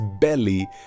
belly